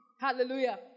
Hallelujah